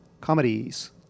comedies